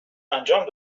انجام